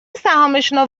سهامشان